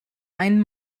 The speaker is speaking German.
einen